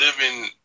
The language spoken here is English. living